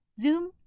Zoom